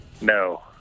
No